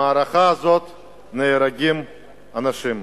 במערכה הזו נהרגים אנשים.